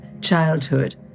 childhood